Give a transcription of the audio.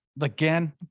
again